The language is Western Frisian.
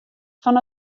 fan